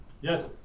Yes